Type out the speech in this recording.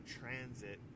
transit